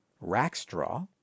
Rackstraw